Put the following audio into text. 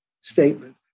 statement